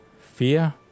Fear